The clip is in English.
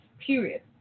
period